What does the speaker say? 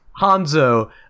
Hanzo